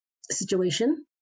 situation